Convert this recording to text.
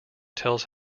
tells